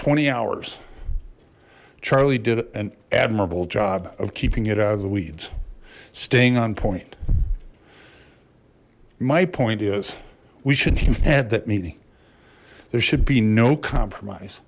twenty hours charlie did an admirable job of keeping it out of the weeds staying on point my point is we should have had that meeting there should be no compromise